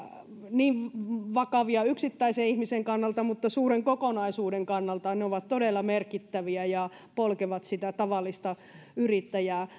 niin vakavia yksittäisen ihmisen kannalta mutta jotka suuren kokonaisuuden kannalta ovat todella merkittäviä ja polkevat sitä tavallista yrittäjää